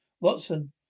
Watson